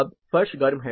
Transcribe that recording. अब फर्श गर्म है